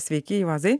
sveiki juozai